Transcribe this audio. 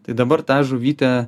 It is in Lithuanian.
tai dabar tą žuvytę